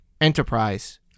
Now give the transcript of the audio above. enterprise